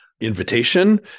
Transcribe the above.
invitation